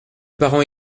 parent